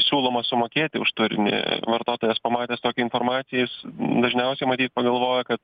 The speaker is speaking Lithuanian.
siūloma sumokėti už turinį vartotojas pamatęs tokią informaciją jis dažniausiai matyt pagalvoja kad